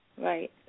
Right